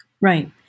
Right